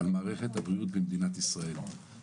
מישהו רוצה להתייחס באיזה שהוא משפט למה שנאמר כאן עד עכשיו?